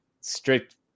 strict